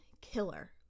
killer